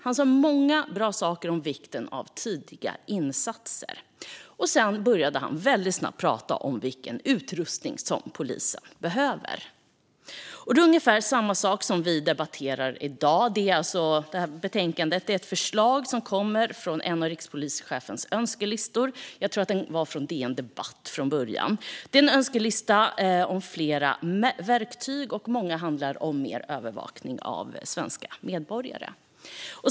Han sa många bra saker om vikten av tidiga insatser. Och sedan började han snabbt att prata om vilken utrustning som polisen behöver. Det är ungefär samma sak som vi debatterar i dag. I betänkandet finns förslag som kommer från en av rikspolischefens önskelistor. Jag tror att den från början kom från DN Debatt. Det är en önskelista om att få tillgång till fler verktyg, och många handlar om mer övervakning av svenska medborgare.